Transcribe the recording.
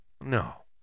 No